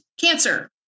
cancer